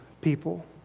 people